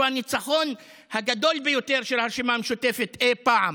הניצחון הגדול ביותר של הרשימה המשותפת אי פעם,